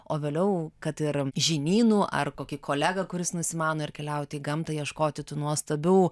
o vėliau kad ir žinynų ar kokį kolegą kuris nusimano ir keliauti į gamtą ieškoti tų nuostabių